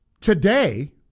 Today